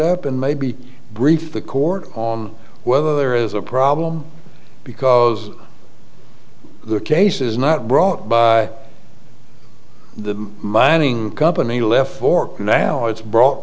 up and maybe brief the court on whether there is a problem because the case is not brought by the mining company left fork now it's brought